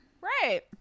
Right